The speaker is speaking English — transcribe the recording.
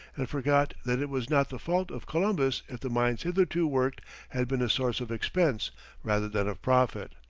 and forgot that it was not the fault of columbus if the mines hitherto worked had been a source of expense rather than of profit.